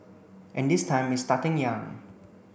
and this time it's starting young